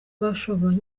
bashoboye